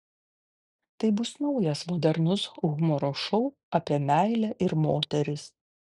tai bus naujas modernus humoro šou apie meilę ir moteris